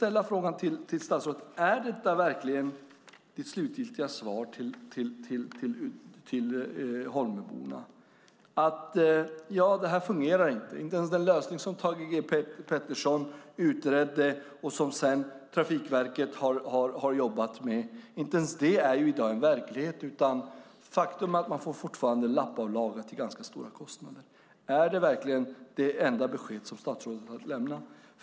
Är det statsrådets slutgiltiga svar till Holmöborna, att det här inte fungerar? Inte ens den lösning som Thage G Peterson utredde och som Trafikverket har jobbat med är i dag verklighet. Faktum är att man fortfarande får lappa och laga till stora kostnader. Är detta det enda besked som statsrådet har att lämna?